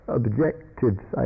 objectives